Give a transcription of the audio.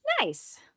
Nice